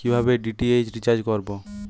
কিভাবে DTH recharge করব?